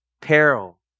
peril